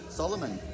solomon